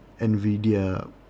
NVIDIA